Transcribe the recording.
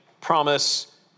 promise